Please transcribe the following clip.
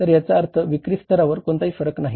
तर याचा अर्थ विक्री स्तरावर कोणताही फरक नाही